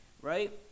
right